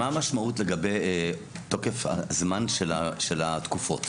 מה המשמעות לגבי תוקף הזמן של התקופות?